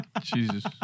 Jesus